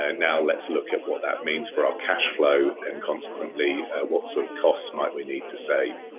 and now, let's look at what that means for our cash flow and consequently what sort costs might we need to save.